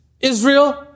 Israel